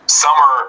summer